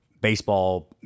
baseball